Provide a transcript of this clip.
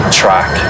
track